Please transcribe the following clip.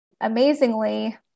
Amazingly